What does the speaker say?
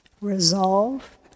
resolve